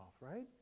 right